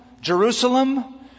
Jerusalem